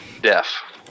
Deaf